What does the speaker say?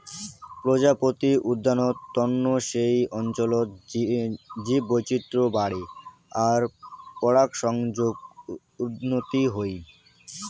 প্রজাপতি উদ্যানত তন্ন সেই অঞ্চলত জীববৈচিত্র বাড়ে আর পরাগসংযোগর উন্নতি হই